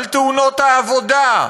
על תאונות העבודה,